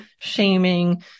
shaming